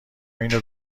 اینو